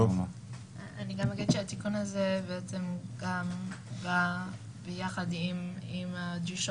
אני אגיד שהתיקון הזה בא ביחד עם הדרישות